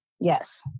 Yes